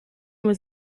was